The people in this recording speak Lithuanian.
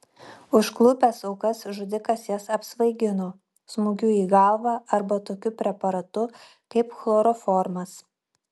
užklupęs aukas žudikas jas apsvaigino smūgiu į galvą arba tokiu preparatu kaip chloroformas